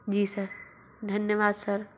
जी sir धन्यवाद sir